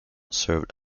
served